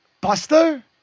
Buster